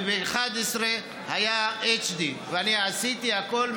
וב-11 היה HD. ואני עשיתי הכול,